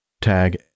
tag